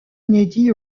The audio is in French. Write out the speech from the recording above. inédits